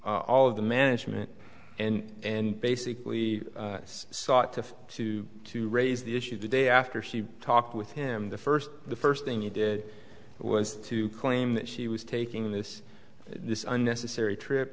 all of the management and basically sought to to to raise the issue of the day after she talked with him the first the first thing you did was to claim that she was taking this this unnecessary trip